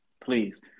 please